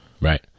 Right